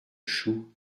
chou